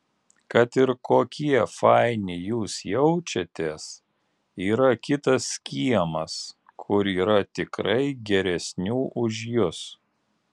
kad ir kokie faini jūs jaučiatės yra kitas kiemas kur yra tikrai geresnių už jus